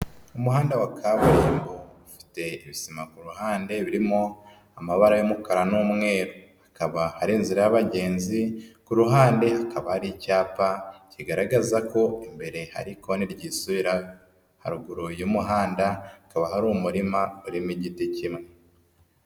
Umuhanda wa kaburimbo ufite ibisima ku ruhande birimo amabara y'umukara n'umweru, hakaba ari inzira y'abagenzi, ku ruhande hakaba hari icyapa kigaragaza ko imbere hari ikoni ryisubiramo, haruguru y'umuhanda hakaba hari umurima urimo igiti kimwe.